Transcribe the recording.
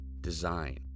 design